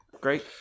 Great